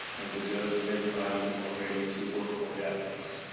and the judges and everybody are ready to work on that piece.